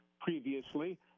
previously